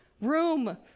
Room